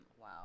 Wow